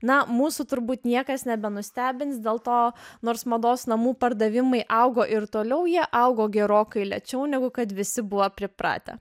na mūsų turbūt niekas nebenustebins dėl to nors mados namų pardavimai augo ir toliau jie augo gerokai lėčiau negu kad visi buvo pripratę